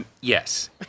yes